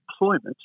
employment